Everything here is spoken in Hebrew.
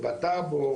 הטאבו,